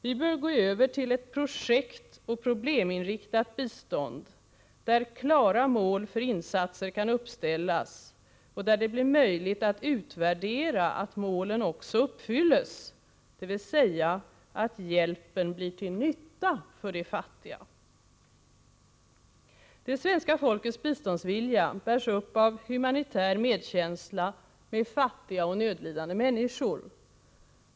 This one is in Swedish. Vi bör gå över till ett projektoch probleminriktat bistånd, där klara mål för insatser kan uppställas och där det blir möjligt att i en utvärdering konstatera att målen också uppfylls, dvs. att hjälpen blir till nytta för de fattiga. Det svenska folkets biståndsvilja bärs upp av humanitär medkänsla med fattiga och nödlidande människor.